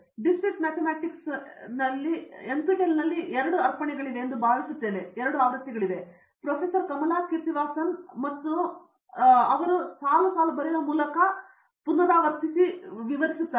discrete mathematics NPTEL ನಲ್ಲಿ ಎರಡು ಅರ್ಪಣೆಗಳಿವೆ ಎಂದು ನಾನು ಭಾವಿಸುತ್ತೇನೆ ಪ್ರೊಫೆಸರ್ ಕಮಲಾ ಕೀರ್ತಿವಾಸನ್ ಮತ್ತು ಅವಳು ಅದನ್ನು ಸಾಲು ಸಾಲು ಬರೆಯುವ ಮೂಲಕ ಮತ್ತು ಎರಡು ಸಾಲುಗಳನ್ನು ಪುನರಾವರ್ತಿಸುತ್ತಾರೆ